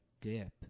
dip